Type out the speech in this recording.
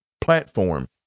platform